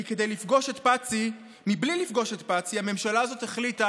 כי כדי לפגוש את פָּצִי בלי לפגוש את פָּצִי הממשלה הזאת החליטה